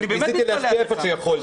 אופיר, אבל ניסיתי להשפיע איפה שיכולתי.